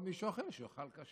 חשוב לי שכל מי שאוכל יאכל כשר.